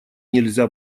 нельзя